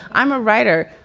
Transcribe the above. i'm a writer.